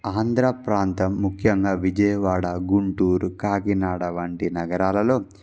ఆంధ్ర ప్రాంతం ముఖ్యంగా విజయవాడ గుంటూరు కాకినాడ వంటి నగరాలలో